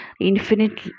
infinite